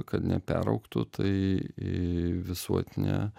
kad neperaugtų tai į visuotinę